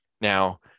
Now